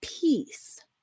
peace